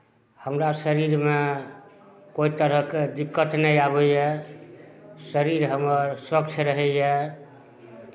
हमरा शरीरमे कोइ तरहके दिक्कत नहि आबैए शरीर हमर स्वस्थ रहैए